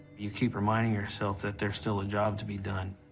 you keep reminding yourself that there's still a job to be done.